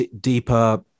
deeper